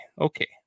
okay